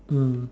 mm